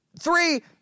Three